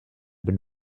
been